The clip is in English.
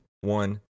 one